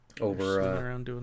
Over